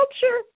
culture